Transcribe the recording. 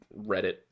Reddit